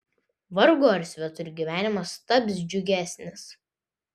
vargu ar svetur gyvenimas taps džiugesnis